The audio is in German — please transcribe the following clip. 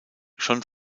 schon